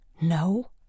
No